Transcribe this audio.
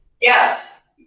Yes